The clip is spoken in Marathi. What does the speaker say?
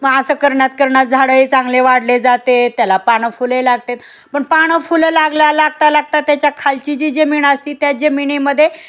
आ असं करण्यात कारण झाडंही चांगले वाढले जाते त्याला पानं फुले लागत पण पानं फुलं लागता लागता लागता त्याच्या खालची जी ज जमीन असते त्या जमिनीमध्ये